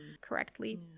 correctly